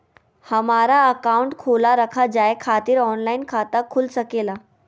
हमारा अकाउंट खोला रखा जाए खातिर ऑनलाइन खाता खुल सके ला?